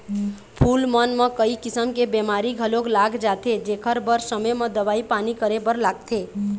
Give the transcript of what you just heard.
फूल मन म कइ किसम के बेमारी घलोक लाग जाथे जेखर बर समे म दवई पानी करे बर लागथे